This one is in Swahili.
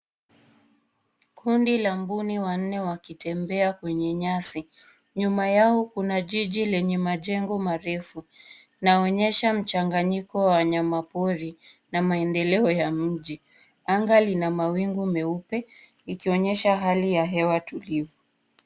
Kundi la mbuni wanne wakitembea kwenye nyasi. Nyuma yao kuna jiji la majengo marefu. Inaonyesha mchanganyiko wa wanyama wa pori na maendeleo ya mji. Anga li na mawingu meupe, ikionyesha hali ya hewa tulivu.